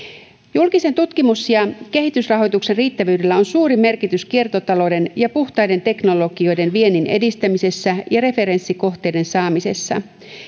julkisen tutkimus ja kehitysrahoituksen riittävyydellä on suuri merkitys kiertotalouden ja puhtaiden teknologioiden viennin edistämisessä ja referenssikohteiden saamisessa